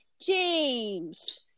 James